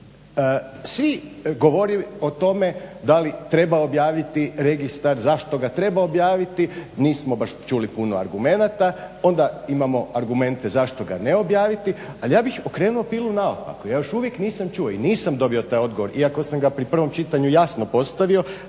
Svi govore o tome da li treba objaviti registar, zašto ga treba objaviti nismo baš čuli puno argumenata. Onda imamo argumente zašto ga ne objaviti, ali ja bih okrenuo pilu naopako, ja još uvijek nisam čuo i nisam dobio taj odgovor iako sam ga pri prvom čitanju jasno postavio